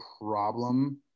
problem